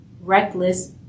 reckless